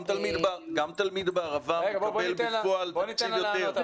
גם תלמיד בערבה מקבל בפועל תקציב יותר,